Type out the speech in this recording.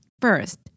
First